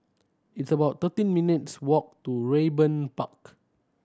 it's about thirteen minutes' walk to Raeburn Park